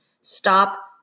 Stop